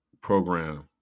program